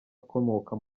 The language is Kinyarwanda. akomoka